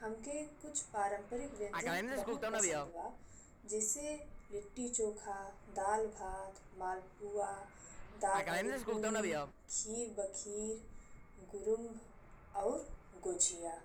हमके कुछ पारंपरिक व्यंजन बहुत पसंद बा जैसे लिट्टी चोखा, दाल भात, मालपुआ, दाल वाली पुड़ी, खीर, बखीर, गुरुम्भ और गुजिया।